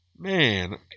man